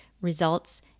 results